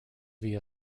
via